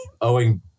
owing